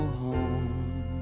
home